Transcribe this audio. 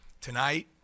tonight